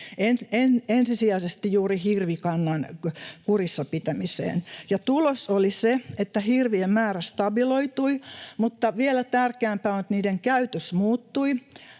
ensisijaisesti juuri hirvikannan kurissa pitämiseen, ja tulos oli se, että hirvien määrä stabiloitui, mutta vielä tärkeämpää on, että niiden käytös muuttui.